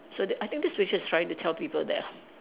so that I think this picture is trying to tell people that